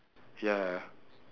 ya